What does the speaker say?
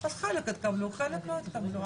אז חלק התקבלו וחלק לא התקבלו.